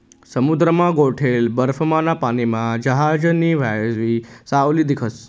समुद्रमा गोठेल बर्फमाना पानीमा जहाजनी व्हावयी सावली दिखस